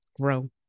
grow